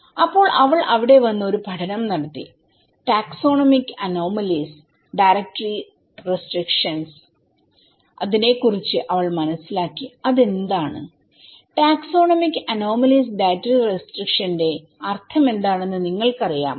അപ്പോൾ അവൾ അവിടെ വന്ന് ഒരു പഠനം നടത്തി ടാക്സോണമിക് അനോമലീസ് ഡയറ്ററി റെസ്ട്രിക്ഷൻസ് നെ കുറിച്ച് അവൾ മനസ്സിലാക്കി അതെന്താണ് ടാക്സോണമിക് അനോമലീസ് ഡയറ്ററി റെസ്ട്രിക്ഷൻസിന്റെ അർത്ഥമെന്താണെന്ന് നിങ്ങൾക്കറിയാമോ